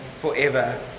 forever